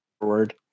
forward